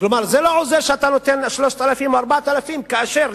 כלומר זה לא עוזר שאתה נותן 3,000 או 4,000 כאשר,